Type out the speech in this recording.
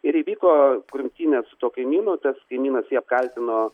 ir įvyko grumtynės su tuo kaimynu tas kaimynas jį apkaltino